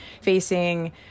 facing